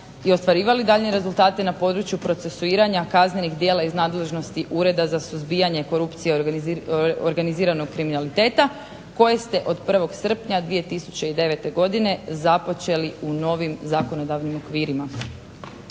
i ostvarivali daljnje rezultate na području procesuiranja kaznenih djela iz nadležnosti Ureda za suzbijanje korupcije i organiziranog kriminaliteta kojeg ste od 1. srpnja 2009. godine započeli u novim zakonodavnim okvirima.